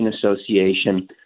association